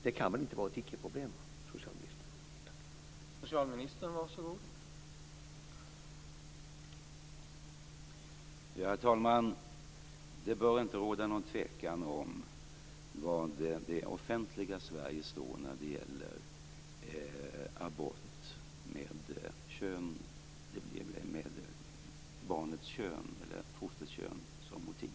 Det kan väl inte vara ett icke-problem, socialministern?